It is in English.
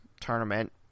tournament